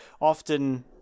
often